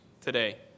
today